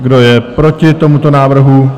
Kdo je proti tomuto návrhu?